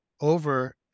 over